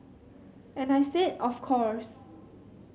and I said of course